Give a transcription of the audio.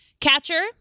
Catcher